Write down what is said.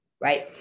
right